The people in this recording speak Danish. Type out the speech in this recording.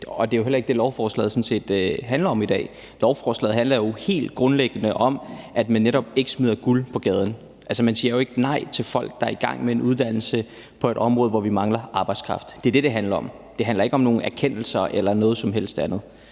sådan set heller ikke det, lovforslaget i dag handler om. Lovforslaget handler jo helt grundlæggende om, at man netop ikke smider guld på gaden. Altså, man siger jo ikke nej til folk, der er i gang med en uddannelse på et område, hvor vi mangler arbejdskraft. Det er det, det handler om. Det handler ikke om nogen erkendelser eller noget som helst andet.